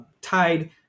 tied